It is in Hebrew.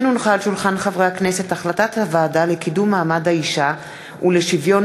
זבולון קלפה, מרדכי יוגב ושולי מועלם-רפאלי,